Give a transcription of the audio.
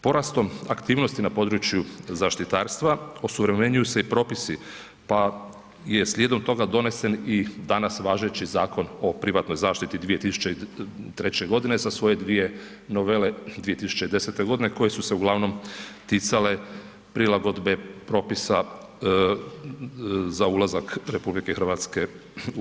Porastom aktivnosti na području zaštitarstva osuvremenjuju se i propisi pa je slijedom toga donesen i danas važeći Zakon o privatnoj zaštiti 2003. g. sa svoje dvije novele 2010. g. koje su se uglavnom ticale prilagodbe propisa za ulazak RH u EU.